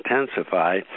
intensify